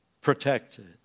Protected